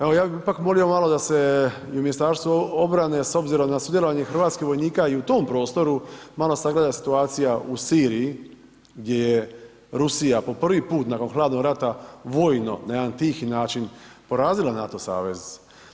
Evo, ja bih ipak volio malo da se i Ministarstvo obrane s obzirom na sudjelovanje hrvatskih vojnika i u tom prostoru malo sagleda situacija u Siriji gdje Rusija po prvi put nakon hladnog rata, vojno na jedan tihi način porazila NATO savez.